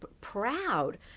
proud